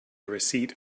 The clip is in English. receipt